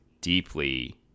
deeply